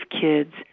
kids